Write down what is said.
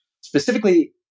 specifically